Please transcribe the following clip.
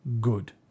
good